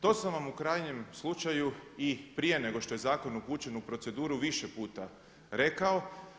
To sam vam u krajnjem slučaju i prije nego što je zakon upućen u proceduru više puta rekao.